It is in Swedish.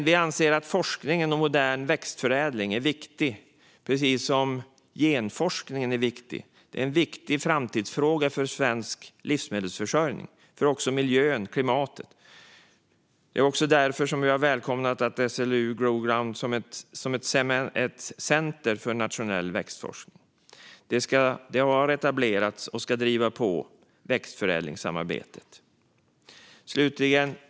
Vi anser att forskningen om modern växtförädling är viktig, precis som genforskningen är viktig. Det är en viktig framtidsfråga för svensk livsmedelsförsörjning, för miljön och för klimatet. Det är också därför som vi har välkomnat SLU Grogrund som centrum för nationell växtforskning. Det har etablerats och ska driva på växtförädlingssamarbetet.